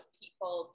people